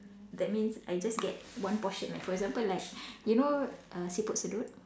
that means I just get one portion like for example like you know uh siput sedut